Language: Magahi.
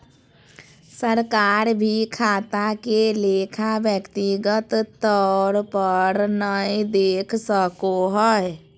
सरकार भी खाता के लेखा व्यक्तिगत तौर पर नय देख सको हय